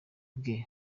bwe